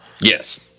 Yes